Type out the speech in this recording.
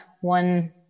one